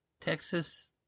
Texas